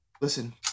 Listen